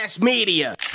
media